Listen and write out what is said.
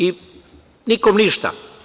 I nikom ništa.